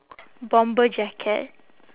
bomber jacket